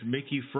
Mickey